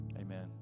Amen